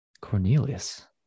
Cornelius